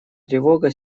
тревога